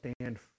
stand